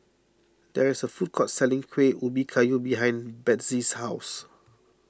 there is a food court selling Kueh Ubi Kayu behind Bethzy's house